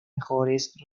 mejores